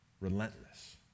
relentless